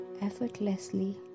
effortlessly